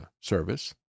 service